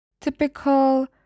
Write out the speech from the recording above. Typical